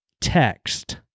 Text